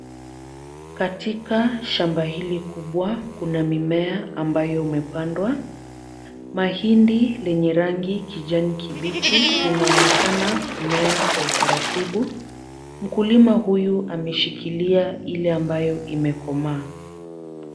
Katika shamba hili kubwa kuna mimea ambayo imepandwa, mahindi yenye rangi kijani kibichi linaonekana kumea kwa utaratibu, mkulima huyu ameshikilia ile ambayo imekomaa.